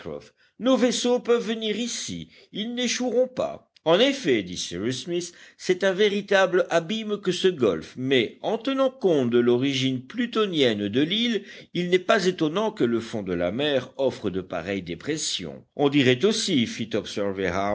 nos vaisseaux peuvent venir ici ils n'échoueront pas en effet dit cyrus smith c'est un véritable abîme que ce golfe mais en tenant compte de l'origine plutonienne de l'île il n'est pas étonnant que le fond de la mer offre de pareilles dépressions on dirait aussi